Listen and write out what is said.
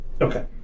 Okay